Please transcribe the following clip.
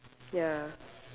ya